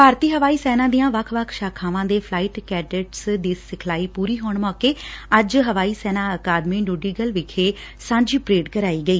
ਭਾਰਤੀ ਹਵਾਈ ਸੈਨਾ ਦੀਆਂ ਵੱਖ ਵੱਖ ਸਾਖਾਵਾਂ ਦੇ ਫਲਾਇਟ ਕੈਡਿਟਾਂ ਦੀ ਸਿਖਲਾਈ ਪੂਰੀ ਹੋਣ ਮੌਕੇ ਅੱਜ ਹਵਾਈ ਸੈਨਾ ਅਕਾਦਮੀ ਡੁੰਡੀਗਲ ਵਿਖੇ ਸਾਂਝੀ ਪਰੇਡ ਕਰਾਈ ਗਈ